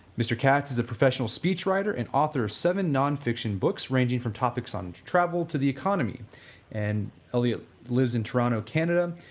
mr. katz is a professional speech writer and author of seven nonfiction books ranging from topics on travel to the economy and elliot lives in toronto, canada.